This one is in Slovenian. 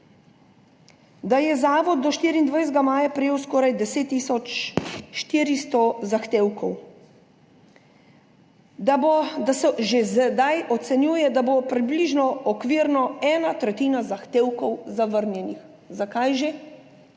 Da je zavod do 24. maja prejel skoraj 10 tisoč 400 zahtevkov, da se že sedaj ocenjuje, da bo približno okvirno tretjina zahtevkov zavrnjena. Zakaj že?